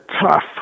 tough